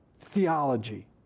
theology